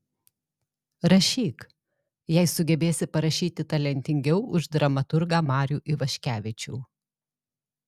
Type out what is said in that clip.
rašyk jei sugebėsi parašyti talentingiau už dramaturgą marių ivaškevičių